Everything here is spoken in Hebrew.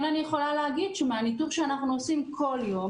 אני כן יכולה להגיד מהניתוב שאנחנו עושים כל יום